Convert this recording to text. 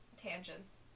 tangents